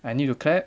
I need to clap